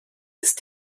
ist